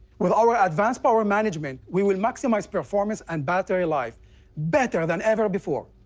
with our advanced power management, we will maximize performance and battery life better than ever before.